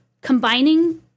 combining